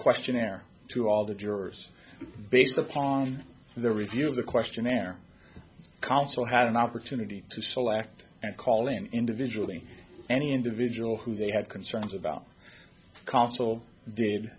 questionnaire to all the jurors based upon their review of the questionnaire consul had an opportunity to select and call an individual in any individual who they had concerns about counsel did